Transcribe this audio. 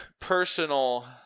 personal